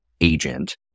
agent